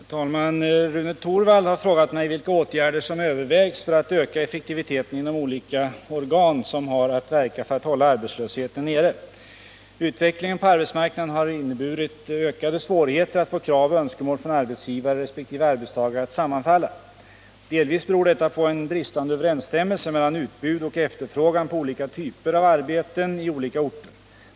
Herr talman! Rune Torwald har frågat mig vilka åtgärder som övervägs för att öka effektiviteten inom olika organ som har att verka för att hålla arbetslösheten nere. Utvecklingen på arbetsmarknaden har inneburit ökade svårigheter att få krav och önskemål från arbetsgivare resp. arbetstagare att sammanfalla. Delvis beror detta på en bristande överensstämmelse mellan utbud och efterfrågan på olika typer av arbeten i olika orter.